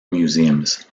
museums